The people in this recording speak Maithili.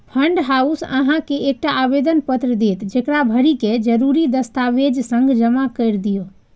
फंड हाउस अहां के एकटा आवेदन पत्र देत, जेकरा भरि कें जरूरी दस्तावेजक संग जमा कैर दियौ